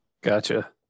Gotcha